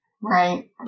Right